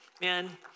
Man